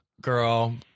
girl